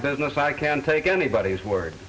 business i can't take anybody's word